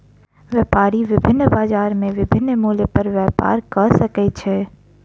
व्यापारी विभिन्न बजार में विभिन्न मूल्य पर व्यापार कय सकै छै